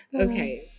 Okay